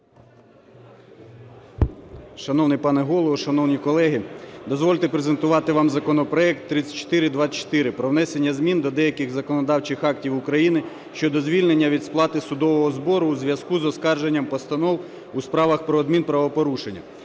Шановний пане Голово, шановні колеги! Дозвольте презентувати вам законопроект 3424 про внесення змін до деяких законодавчих актів України щодо звільнення від сплати судового збору у зв'язку з оскарженням постанов у справах про адмінправопорушення.